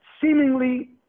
seemingly